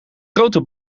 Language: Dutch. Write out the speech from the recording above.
grote